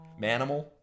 Manimal